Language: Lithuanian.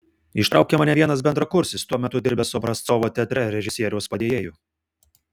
ištraukė mane vienas bendrakursis tuo metu dirbęs obrazcovo teatre režisieriaus padėjėju